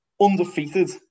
undefeated